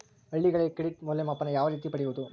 ಹಳ್ಳಿಗಳಲ್ಲಿ ಕ್ರೆಡಿಟ್ ಮೌಲ್ಯಮಾಪನ ಯಾವ ರೇತಿ ಪಡೆಯುವುದು?